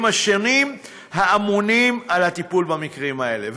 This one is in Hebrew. השונים האמונים על הטיפול במקרים האלה.